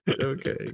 Okay